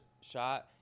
shot